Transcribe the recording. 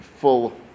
full